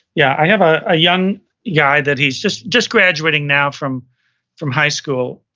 yeah. i have a young guy that, he's just just graduating now from from high school,